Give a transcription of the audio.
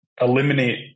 eliminate